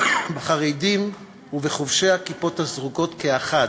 בחרדים ובחובשי הכיפות הסרוגות כאחד,